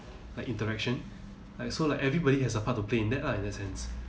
like interaction like so like everybody has a part to play in that lah in that sense